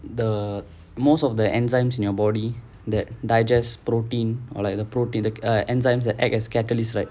the most of the enzymes in your body that digest protein or like the protein the uh enzymes that act as catalyst right